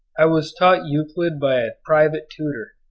i was taught euclid by a private tutor,